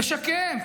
תשקם,